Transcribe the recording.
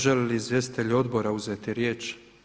Žele li izvjestitelji odbora uzeti riječ?